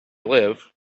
live